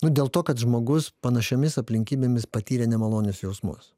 nu dėl to kad žmogus panašiomis aplinkybėmis patyrė nemalonius jausmus